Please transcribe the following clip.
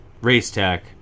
Racetech